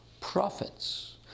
prophets